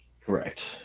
Correct